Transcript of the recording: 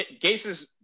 Gase's